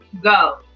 go